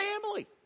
family